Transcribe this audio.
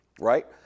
right